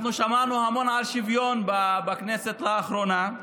אנחנו שמענו המון על שוויון בכנסת לאחרונה,